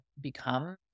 become